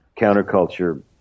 counterculture